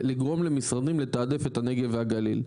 לגרום למשרדים לתעדף את הנגב והגליל.